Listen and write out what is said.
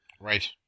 Right